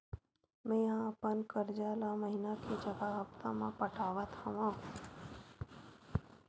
मेंहा अपन कर्जा ला महीना के जगह हप्ता मा पटात हव